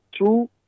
Two